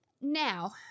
now